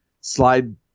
slide